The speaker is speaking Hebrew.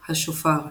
"השופר",